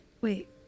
Wait